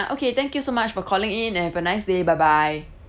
can ah okay thank you so much for calling in and have a nice day bye bye